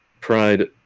pride